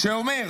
כששר אומר